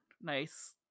nice